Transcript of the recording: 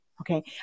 Okay